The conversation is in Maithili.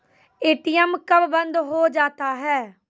ए.टी.एम कब बंद हो जाता हैं?